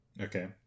Okay